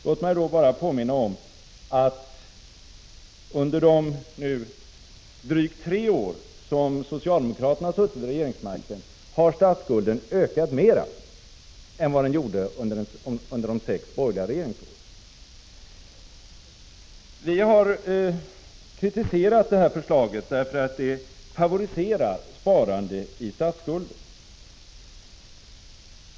Låt mig då påminna om att under de drygt tre år som socialdemokraterna nu har suttit vid regeringsmakten har statsskulden ökat mer än under de sex borgerliga regeringsåren. Vi har kritiserat förslaget därför att det favoriserar sparande i statsskulden.